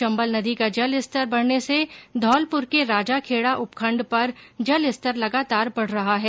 चम्बल नदी का जलस्तर बढने से धौलपुर के राजाखेडा उपखण्ड पर जलस्तर लगातार बढ रहा है